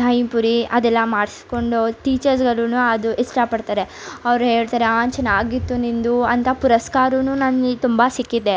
ದಹಿಪುರಿ ಅದೆಲ್ಲ ಮಾಡಿಸ್ಕೊಂಡು ಟೀಚರ್ಸ್ಗೆಲ್ಲವೂ ಅದು ಇಷ್ಟಪಡ್ತಾರೆ ಅವರು ಹೇಳ್ತಾರೆ ಹಾಂ ಚೆನ್ನಾಗಿತ್ತು ನಿನ್ನದು ಅಂಥ ಪುರಸ್ಕಾರವೂ ನನಗೆ ತುಂಬ ಸಿಕ್ಕಿದೆ